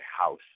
house